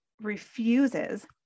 refuses